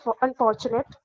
unfortunate